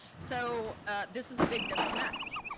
so this is a big disconnect.